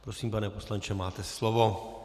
Prosím, pane poslanče, máte slovo.